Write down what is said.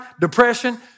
depression